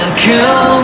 kill